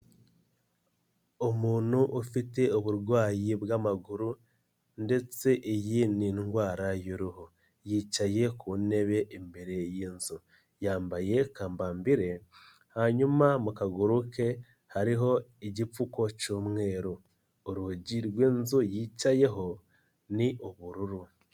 Umuntu ufite uburwayi bw'amaguru ndetse iyi ni indwara y'uruho, yicaye ku ntebe imbere y'inzu, yambaye kambambire hanyuma mu kaguru ke hariho igipfuko cy'umweru, urugi rw'inzu yicayeho ni ubururu.